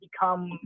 become